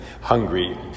hungry